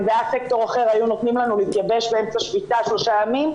אם זה היה סקטור אחר היו נותנים לנו להתייבש באמצע שביתה שלושה ימים,